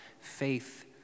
faith